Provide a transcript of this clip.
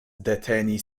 deteni